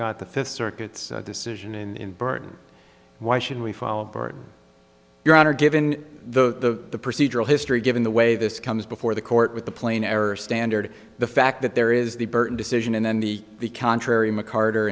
got the fifth circuit decision in burden why should we follow your honor given the procedural history given the way this comes before the court with the plain error standard the fact that there is the burton decision and then the the contrary mccarter